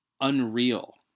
unreal